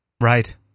Right